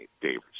Davis